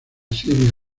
siria